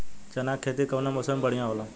चना के खेती कउना मौसम मे बढ़ियां होला?